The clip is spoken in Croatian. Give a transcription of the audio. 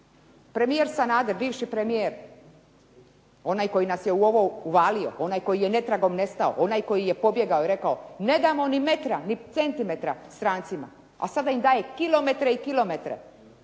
Premijer Sanader, bivši premijer, onaj koji nas je u ovo uvalio, onaj koji je netragom nestao, onaj koji je pobjegao i rekao ne damo ni metra, ni centimetra strancima, a sada im daje kilometre i kilometre